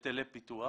היטלי פיתוח,